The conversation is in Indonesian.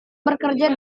bekerja